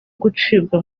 gucibwa